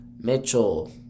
Mitchell